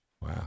Wow